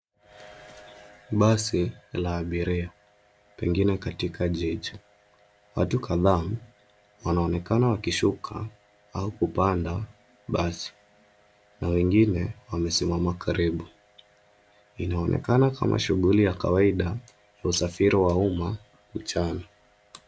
Basi la abiria pengine katika jiji. Watu kadhaa, wanaonekana wakishuka au kupanda basi. Na wengine wamesimama karibu. Inaonekana kama shughuli ya kawaida, ya usafiri wa umma mchana.